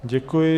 Děkuji.